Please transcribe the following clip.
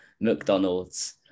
mcdonald's